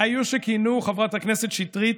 היו שכינוהו, חברת הכנסת שטרית,